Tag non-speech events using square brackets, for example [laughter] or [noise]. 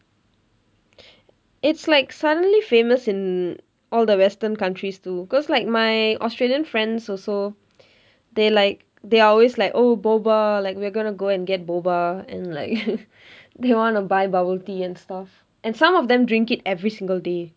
it's like suddenly famous in all the western countries too cause like my australian friends also they like they are always like oh boba like we are gonna go and get boba and like [laughs] they want to buy bubble tea and stuff and some of them drink it every single day